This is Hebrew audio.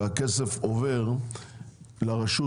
שהכסף עובר לרשות,